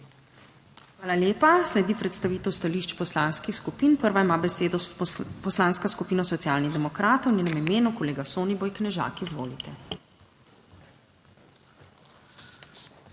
Hvala lepa. Sledi predstavitev stališč poslanskih skupin. Prva ima besedo Poslanska skupina Socialnih demokratov, v njenem imenu kolega Soniboj Knežak. Izvolite.